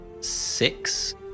six